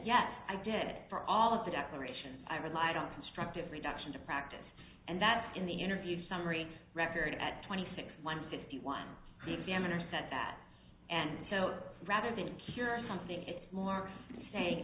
yes i did for all of the declaration i relied on constructive reduction to practice and that in the interview summary record at twenty six one fifty one the examiner said that and so rather than cure something more saying